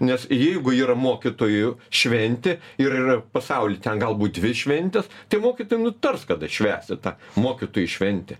nes jeigu yra mokytojų šventė ir yra pasauly ten galbūt dvi šventės tai mokytojai nutars kad atšvęsti tą mokytojų šventę